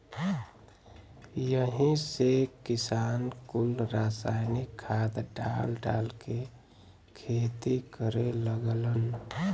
यही से किसान कुल रासायनिक खाद डाल डाल के खेती करे लगलन